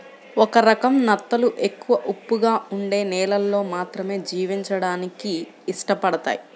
ఒక రకం నత్తలు ఎక్కువ ఉప్పగా ఉండే నీళ్ళల్లో మాత్రమే జీవించడానికి ఇష్టపడతయ్